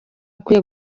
akwiye